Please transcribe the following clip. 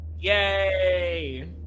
Yay